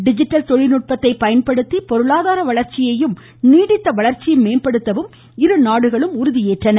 digital தொழில்நுட்பத்தை பயன்படுத்தி பொருளாதார வளர்ச்சியையும் நீடித்த வளர்ச்சியையும் மேம்படுத்தவும் இருநாடுகளும் உறுதியேற்றன